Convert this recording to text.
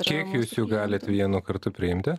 kiek jūs jų galit vienu kartu priimti